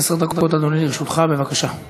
אנחנו עוברים, בעזרת השם, לסעיף הבא שעל סדר-היום: